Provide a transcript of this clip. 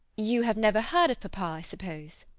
you have never heard of papa, i suppose?